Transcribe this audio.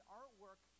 artwork